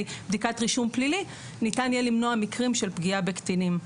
בדיקת רישום פלילי ניתן יהיה למנוע מקרים של פגיעה בקטינים.